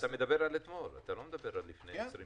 אתה מדבר על אתמול, אתה לא מדבר על לפני כן.